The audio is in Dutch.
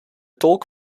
tolk